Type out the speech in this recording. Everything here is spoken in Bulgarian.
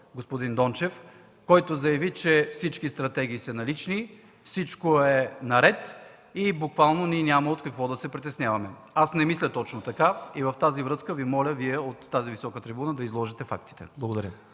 господин Дончев, който заяви, че всички стратегии са налични, всичко е наред и буквално няма от какво да се притесняваме. Аз не мисля точно така и Ви моля от тази висока трибуна да изложите фактите. Благодаря.